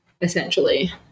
essentially